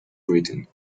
britain